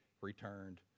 returned